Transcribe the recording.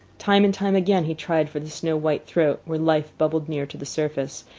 time and time again he tried for the snow-white throat, where life bubbled near to the surface,